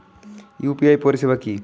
UPI পরিসেবা কি?